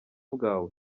bwawe